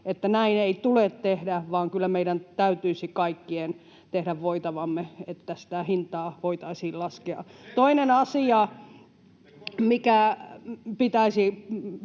näin ei tule tehdä, vaan kyllä meidän täytyisi kaikkien tehdä voitavamme, että sitä hintaa voitaisiin laskea. [Perussuomalaisten